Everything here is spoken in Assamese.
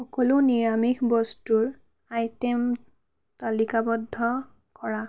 সকলো নিৰামিষ বস্তুৰ আইটেম তালিকাবদ্ধ কৰা